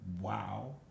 wow